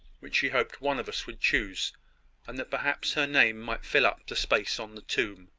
which she hoped one of us would choose and that perhaps her name might fill up the space on the tomb.